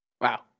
wow